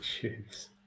shoes